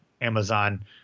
Amazon